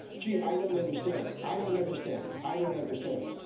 gee, i don't understand, i don't understand, i don't understand,